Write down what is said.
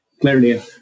clearly